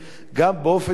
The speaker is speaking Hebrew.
גם באופן כללי,